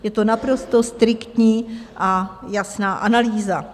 Je to naprosto striktní a jasná analýza.